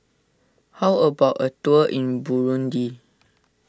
how about a tour in Burundi